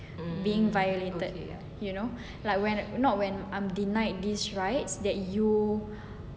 being violated you know like when not when I'm denied these rights